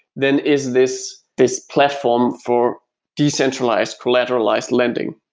then is this this platform for decentralized, collateralized lending.